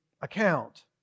account